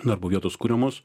darbo vietos kuriamos